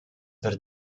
per